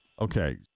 Okay